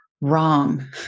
wrong